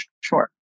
sure